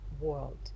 world